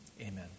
Amen